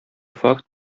факт